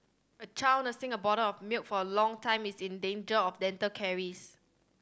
a child nursing a bottle of milk for a long time is in danger of dental caries